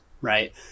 Right